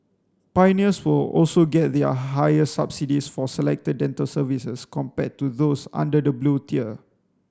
pioneers will also get their higher subsidies for selected dental services compared to those under the Blue tier